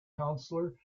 counselor